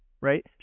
right